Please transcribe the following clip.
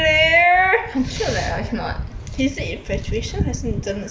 很 cute leh I cannot